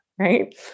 Right